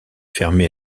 fermé